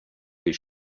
his